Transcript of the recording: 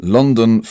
London